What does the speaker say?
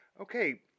okay